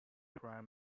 prime